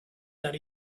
that